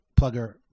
Plugger